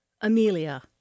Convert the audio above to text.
Amelia